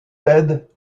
ted